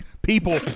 People